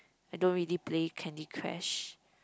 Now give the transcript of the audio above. I don't really play Candy Crush